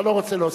לא.